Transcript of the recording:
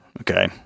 Okay